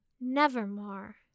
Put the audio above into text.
nevermore